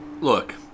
Look